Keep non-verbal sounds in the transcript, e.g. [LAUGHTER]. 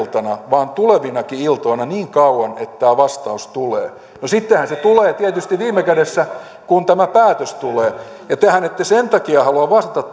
vaan tulevinakin iltoina niin kauan että tämä vastaus tulee no sehän tulee tietysti viime kädessä sitten kun tämä päätös tulee tehän ette sen takia halua vastata [UNINTELLIGIBLE]